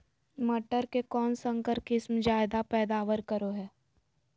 मटर के कौन संकर किस्म जायदा पैदावार करो है?